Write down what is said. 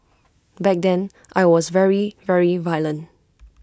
back then I was very very violent